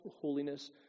holiness